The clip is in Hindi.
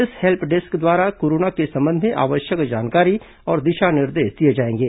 इस हेल्प डेस्क द्वारा कोरोना के संबंध में आवश्यक जानकारी और दिशा निर्देश दिए जाएंगे